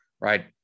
right